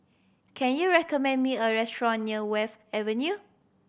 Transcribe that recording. can you recommend me a restaurant near Wharf Avenue